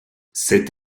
cette